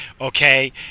okay